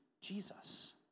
Jesus